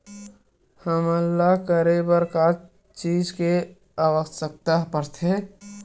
हमन ला करे बर का चीज के आवश्कता परथे?